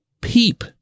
peep